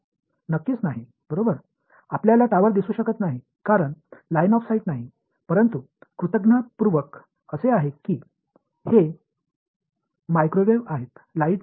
नक्कीच नाही बरोबर आपल्याला टॉवर दिसू शकत नाही कारण लाइन ऑफ साईट नाही परंतु कृतज्ञतापूर्वक असे आहे की हे माइक्रोवेव्ह आहे लाईट नाही